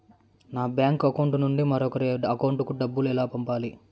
నా bank account నుండి మరొకరి అకౌంట్ కు డబ్బులు ఎలా పంపాలి